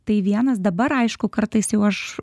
tai vienas dabar aišku kartais jau aš